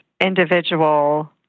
individual